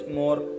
more